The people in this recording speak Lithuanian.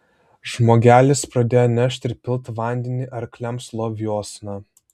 žmogelis pradėjo nešt ir pilt vandenį arkliams loviuosna